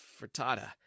frittata